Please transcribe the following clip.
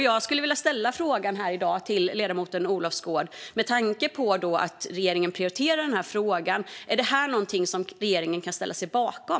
Jag skulle i dag vilja fråga ledamoten Olofsgård om detta, med tanke på att regeringen prioriterar denna fråga, är något som regeringen kan ställa sig bakom.